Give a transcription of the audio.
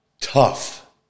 tough